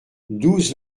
douze